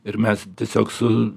ir mes tiesiog su